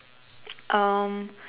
um